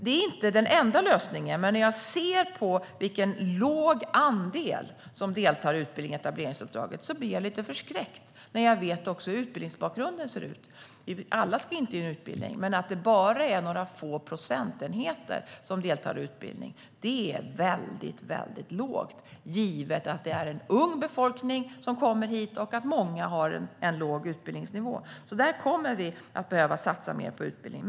Det är inte den enda lösningen, men när jag ser på vilken låg andel som deltar i utbildning i etableringsuppdraget och när jag vet hur utbildningsbakgrunden ser ut blir jag lite förskräckt. Alla ska inte in i utbildning, men bara några få procentenheter som deltar i utbildning är väldigt lågt givet att det är en ung befolkning som kommer hit och att många har en låg utbildningsnivå. Vi kommer att behöva satsa mer på utbildning.